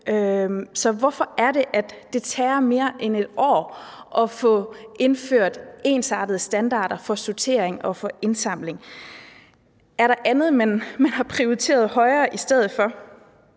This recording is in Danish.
Hvorfor er det, at det tager mere end et år at få indført ensartede standarder for sortering og for indsamling? Er der andet, man har prioriteret højere i stedet for?